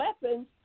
weapons